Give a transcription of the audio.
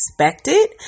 expected